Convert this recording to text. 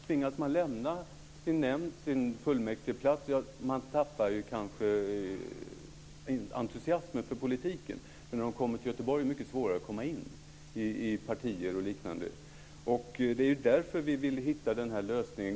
Tvingas man lämna sin nämnd eller sin fullmäktigeplats tappar man kanske entusiasmen för politiken. När ungdomarna kommer till Göteborg är det mycket svårare att komma in i partier och liknande. Det är därför vi vill hitta den här lösningen.